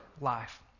life